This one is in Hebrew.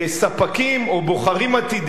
ספקים, או בוחרים עתידיים,